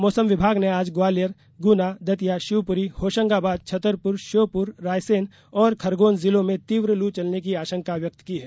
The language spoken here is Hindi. मौसम विभाग ने आज ग्वालियर गुना दतिया शिवपुरी होशंगाबाद छतरपुर श्योपुर रायसेन और खरगोन जिलों में तीव्र लू चलने की आशंका व्यक्त की है